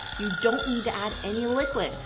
you don't need to add any liquid.